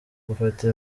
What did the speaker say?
gufata